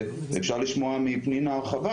אפשר לשמוע מפנינה הרחבה,